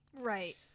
Right